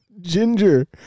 Ginger